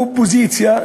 אופוזיציה,